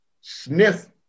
sniff